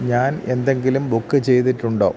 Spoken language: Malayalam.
ഞാൻ എന്തെങ്കിലും ബുക്ക് ചെയ്തിട്ടുണ്ടോ